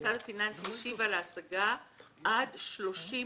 המוסד הפיננסי ישיב על ההשגה עד 30 במאי.